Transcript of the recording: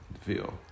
feel